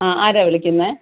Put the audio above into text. അ ആരാണ് വിളിക്കുന്നത്